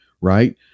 right